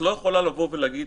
את לא יכולה לבוא ולהגיד,